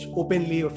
openly